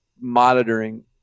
monitoring